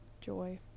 Joy